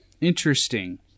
Interesting